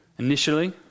initially